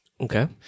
Okay